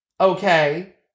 okay